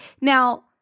Now